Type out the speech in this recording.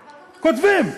כותבים.